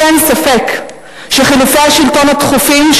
לי אין ספק שחילופי השלטון התכופים,